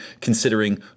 considering